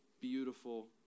beautiful